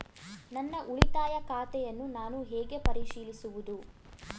ನನ್ನ ಉಳಿತಾಯ ಖಾತೆಯನ್ನು ನಾನು ಹೇಗೆ ಪರಿಶೀಲಿಸುವುದು?